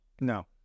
No